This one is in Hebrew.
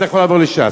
אתה יכול לעבור לש"ס.